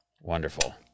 Wonderful